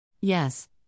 Yes